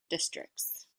districts